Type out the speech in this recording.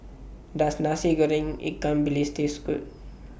Does Nasi Goreng Ikan Bilis Taste Good